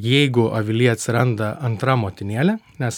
jeigu avily atsiranda antra motinėlė nes